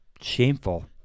Shameful